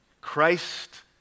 Christ